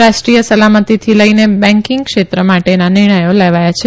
રાષ્ટ્રીય સલામતીથી લઈને બેંકીંગ ક્ષેત્ર માટેના નિર્ણયો લેવાયા છે